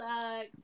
sucks